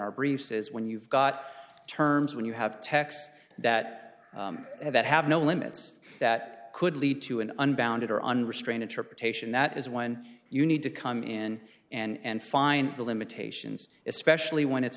our briefs is when you've got terms when you have texts that that have no limits that could lead to an unbounded or unrestrained interpretation that is when you need to come in and find the limitations especially when it's